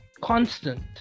constant